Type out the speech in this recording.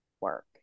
work